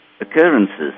occurrences